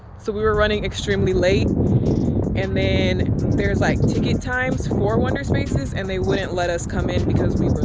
so we were running extremely late and then there's like ticket times for wonder spaces. and they wouldn't let us come in because we